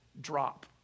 Drop